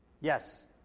yes